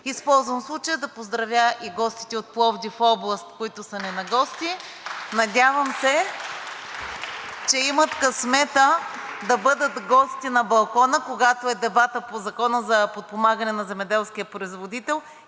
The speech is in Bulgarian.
Използвам случая да поздравя и гостите от Пловдив-област, които са ни на гости. (Ръкопляскания.) Надявам се, че имат късмета да бъдат гости на балкона, когато е дебатът по Закона за подпомагане на земеделския производител